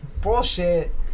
bullshit